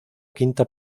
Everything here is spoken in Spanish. quinta